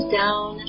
down